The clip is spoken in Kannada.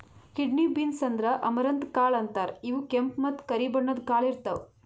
ಕಿಡ್ನಿ ಬೀನ್ಸ್ ಅಂದ್ರ ಅಮರಂತ್ ಕಾಳ್ ಅಂತಾರ್ ಇವ್ ಕೆಂಪ್ ಮತ್ತ್ ಕರಿ ಬಣ್ಣದ್ ಕಾಳ್ ಇರ್ತವ್